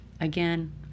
again